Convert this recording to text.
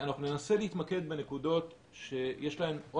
אנחנו ננסה להתמקד בנקודות שיש להן או